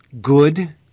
good